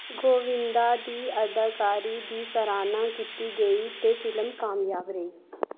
गोविंदा दी अदाकारी दी सराह्ना कीती गेई ते फिल्म कामयाब रेही